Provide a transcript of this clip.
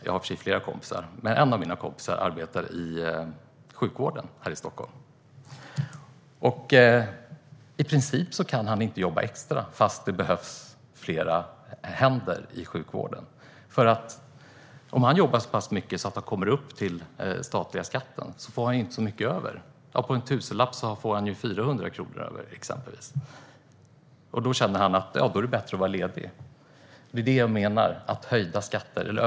Jag har en kompis som arbetar i sjukvården här i Stockholm. I princip kan han inte jobba extra, fast det behövs fler händer i sjukvården. Om han jobbar så pass mycket att han kommer upp till nivån för statlig skatt får han nämligen inte så mycket över. Exempelvis får han 400 kronor kvar av en tusenlapp. Då känner han att det är bättre att vara ledig. Det är det jag menar.